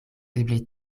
eble